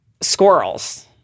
squirrels